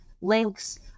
links